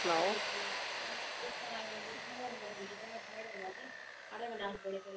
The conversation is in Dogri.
सनाओ